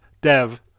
Dev